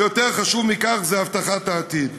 ויותר חשוב מכך, זו הבטחת העתיד.